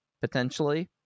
Potentially